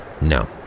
no